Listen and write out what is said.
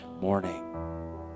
morning